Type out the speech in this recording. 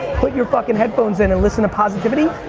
put your fucking headphones in and listen to positivity.